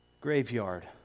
graveyard